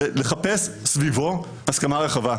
ולחפש סביבו הסכמה רחבה.